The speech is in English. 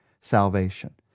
salvation